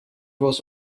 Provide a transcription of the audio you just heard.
was